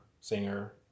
singer